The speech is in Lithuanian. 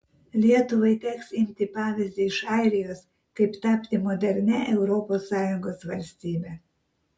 lietuvai teks imti pavyzdį iš airijos kaip tapti modernia europos sąjungos valstybe